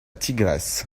tigresse